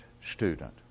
student